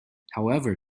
however